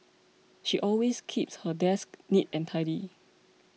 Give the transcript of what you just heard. she always keeps her desk neat and tidy